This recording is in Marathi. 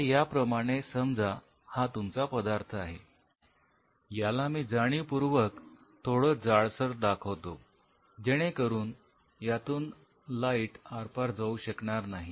आता याप्रमाणे समजा हा तुमचा पदार्थ आहे याला मी जाणीवपूर्वक थोडं जाडसर दाखवतो जेणेकरून यातून लाईट प्रकाश आरपार जाऊ शकणार नाही